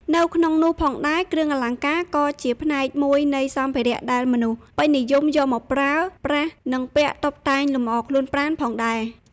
នៅក្នុងនោះផងដែរគ្រឿងអលង្ការក៏ជាផ្នែកមួយនៃសម្ភារៈដែរមនុស្សពេញនិយមយកមកប្រើប្រាស់និងពាក់តុបតែងលំអរខ្លួនប្រាណផងដែរ។